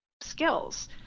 skills